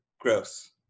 Gross